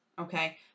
Okay